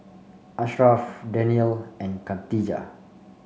Ashraf Daniel and Khadija